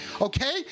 okay